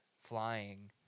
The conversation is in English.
flying